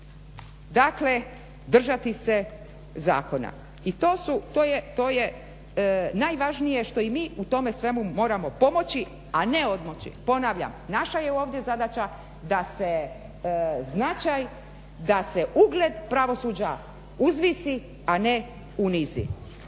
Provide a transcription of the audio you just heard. Dakle, držati se zakona. I to je najvažnije što i mi u tome svemu moramo pomoći, a ne odmoći. Ponavljam, naša je ovdje zadaća da se značaj, da se ugled pravosuđa uzvisi a ne unizi.